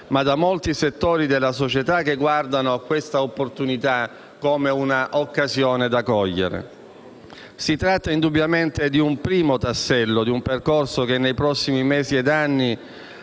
ma da molti settori della società che guardano a questa opportunità come a una occasione da cogliere. Si tratta indubbiamente di un primo tassello di un percorso che nei prossimi mesi ed anni,